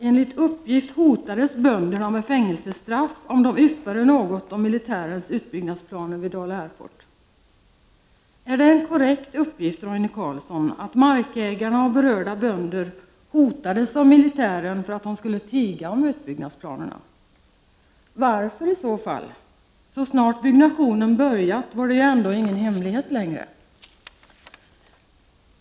Enligt uppgift hotades bönderna med fängelsestraff om de yppade något om militärens utbyggnadsplaner vid Dala Airport. Är det en korrekt uppgift, Roine Carlsson, att markägarna och berörda bönder hotades av militären för att de skulle tiga om utbyggnadsplanerna? Varför i så fall — så snart bygget påbörjats var det ju ändå ingen hemlighet längre?